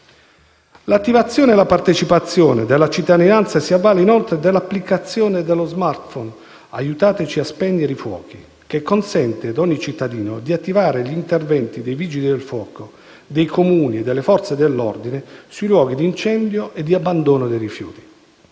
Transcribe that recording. L'attivazione e la partecipazione della cittadinanza si avvale inoltre dell'applicazione per *smartphone* «Aiutaci a spegnere i fuochi», che consente ad ogni cittadino di attivare gli interventi dei Vigili del fuoco, dei Comuni e delle Forze dell'ordine sui luoghi di incendio e di abbandono dei rifiuti.